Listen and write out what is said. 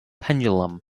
pendulum